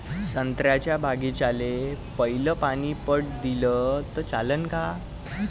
संत्र्याच्या बागीचाले पयलं पानी पट दिलं त चालन का?